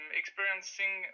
experiencing